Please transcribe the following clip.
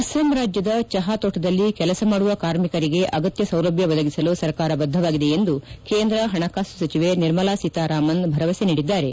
ಅಸ್ಸಾಂ ರಾಜ್ನದ ಚಪಾ ತೋಟದಲ್ಲಿ ಕೆಲಸ ಮಾಡುವ ಕಾರ್ಮಿಕರಿಗೆ ಅಗತ್ತ ಸೌಲಭ್ಯ ಒದಗಿಸಲು ಸರ್ಕಾರ ಬದ್ದವಾಗಿದೆ ಎಂದು ಕೇಂದ್ರ ಪಣಕಾಸು ಸಚಿವೆ ನಿರ್ಮಲಾ ಸೀತಾರಾಮನ್ ಭರವಸೆ ನೀಡಿದ್ದಾರೆ